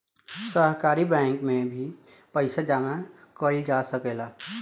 सहकारी बैंक में भी पइसा जामा कईल जा सकेला